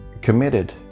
committed